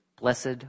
blessed